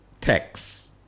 text